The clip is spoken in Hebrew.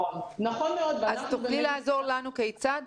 נכון מאוד ואנחנו --- אז תוכלי לעזור לנו כיצד?